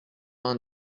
vingt